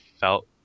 felt